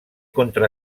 contra